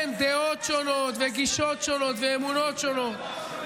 כן, דעות שונות, גישות שונות ואמונות שונות.